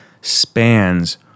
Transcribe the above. spans